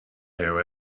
owe